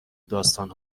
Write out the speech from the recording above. داستان